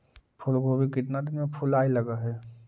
फुलगोभी केतना दिन में फुलाइ लग है?